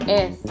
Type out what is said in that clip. es